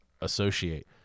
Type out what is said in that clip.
associate